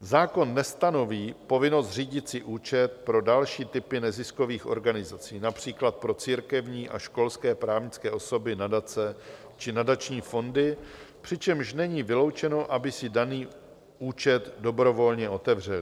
Zákon nestanoví povinnost zřídit si účet pro další typy neziskových organizací, například pro církevní a školské právnické osoby, nadace či nadační fondy, přičemž není vyloučeno, aby si daný účet dobrovolně otevřely.